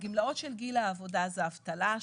יש לנו עוד דרך לעשות אבל בהחלט התקדמנו